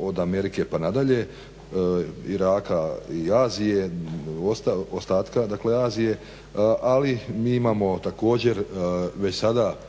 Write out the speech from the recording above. od Amerike pa nadalje, Iraka i Azije, ostatka dakle Azije. Ali mi imao također već sada